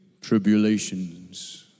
Tribulations